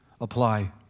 apply